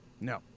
No